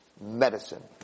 medicine